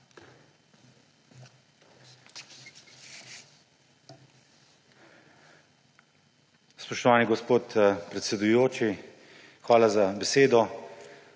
Spoštovani gospod predsedujoči, hvala za besedo.